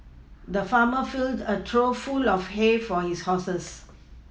the farmer filled a trough full of hay for his horses